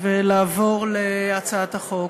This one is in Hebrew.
ולעבור להצעת החוק.